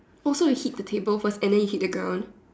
oh so you hit the table first and then you hit the ground